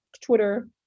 Twitter